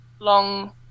long